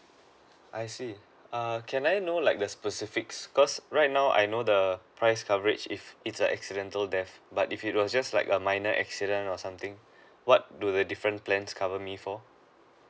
I see err can I know like the specific because right now I know the price coverage if it's a accidental death but if it was just like a minor accident or something what do the different plans cover me for